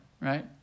right